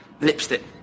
Lipstick